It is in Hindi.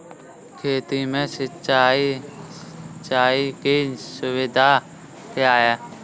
खेती में सिंचाई की सुविधा क्या है?